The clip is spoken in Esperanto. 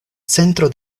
centro